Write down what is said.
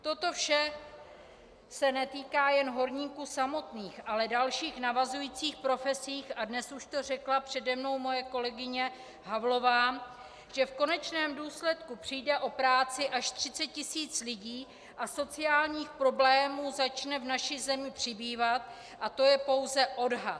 Toto vše se netýká jen horníků samotných, ale dalších navazujících profesí, a dnes už to řekla přede mnou moje kolegyně Havlová, že v konečném důsledku přijde o práci až 30 tisíc lidí a sociálních problémů začne v naší zemi přibývat, a to je pouze odhad.